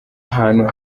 hantu